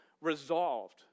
resolved